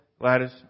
Gladys